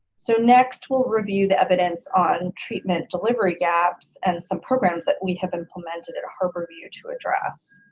so next we'll review the evidence on treatment delivery gaps and some programs that we have implemented at harborview to address.